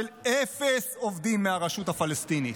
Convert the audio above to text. על מדיניות של אפס עובדים מהרשות הפלסטינית.